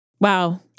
Wow